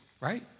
right